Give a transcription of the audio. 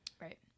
Right